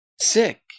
sick